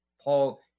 Paul